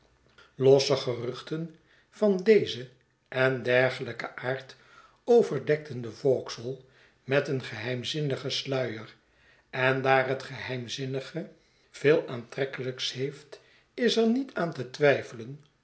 losse geruchten van dezen en dergelijken aard overdekten de vauxhall met een geheimzinnigen sluier en daar het geheimzinnige veel aantrekkelijks heeft is er niet aan te twijfelen